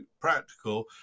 practical